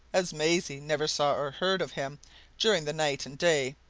as maisie never saw or heard of him during the night and day,